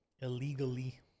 Illegally